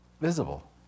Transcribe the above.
visible